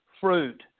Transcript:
fruit